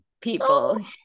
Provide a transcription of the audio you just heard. people